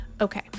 Okay